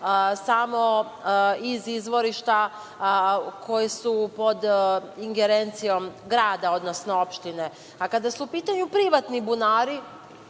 samo iz izvorišta koja su pod ingerencijom grada, odnosno opštine. Kada su u pitanju privatni bunari,